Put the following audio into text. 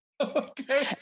Okay